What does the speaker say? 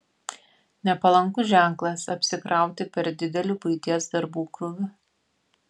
nepalankus ženklas apsikrauti per dideliu buities darbų krūviu